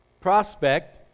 prospect